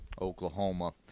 Oklahoma